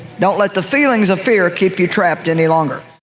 don't let the feelings of fear keep you trapped any longer,